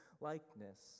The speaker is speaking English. likeness